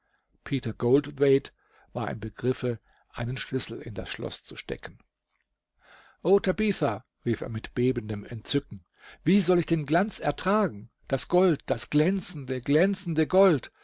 peter goldthwaite war im begriffe einen schlüssel in das schloß zu stecken o tabitha rief er mit bebendem entzücken wie soll ich den glanz ertragen das gold das glänzende glänzende gold